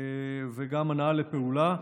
וגם הנעה לפעולה,